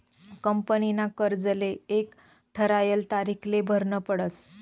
कंपनीना कर्जले एक ठरायल तारीखले भरनं पडस